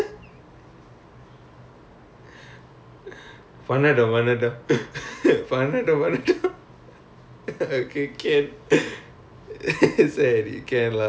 hook up application வந்து:vanthu code பண்ணிட்டு இருக்கிறான்:pannittu irukiraan then I'm like okay பணம் கிடைச்ச சரி:panam kidaicha sari enjoy பண்ணா சரி:pannaa sari